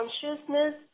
consciousness